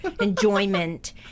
enjoyment